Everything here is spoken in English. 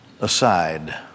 aside